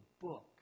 book